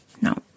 No